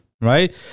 right